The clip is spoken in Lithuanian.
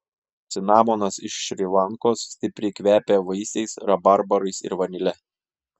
cinamonas iš šri lankos stipriai kvepia vaisiais rabarbarais ir vanile